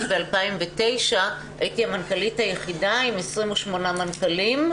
ב-2009 הייתי המנכ"לית היחידה עם 28 מנכ"לים,